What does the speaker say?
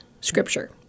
scripture